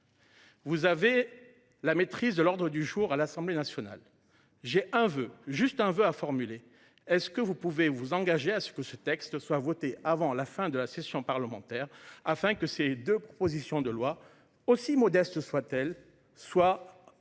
Vous avez la maîtrise de l'Ordre du jour à l'Assemblée nationale. J'ai un voeu juste un voeu à formuler. Est-ce que vous pouvez vous engager à ce que ce texte soit voté avant la fin de la session parlementaire afin que ces 2 propositions de loi aussi modeste soit-elle soit pleinement